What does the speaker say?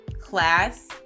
class